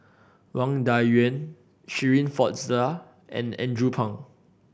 Wang Dayuan Shirin Fozdar and Andrew Phang